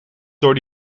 door